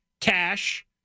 cash